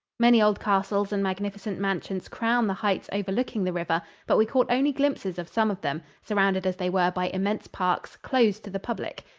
many old castles and magnificent mansions crown the heights overlooking the river, but we caught only glimpses of some of them, surrounded as they were by immense parks, closed to the public.